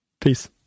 Peace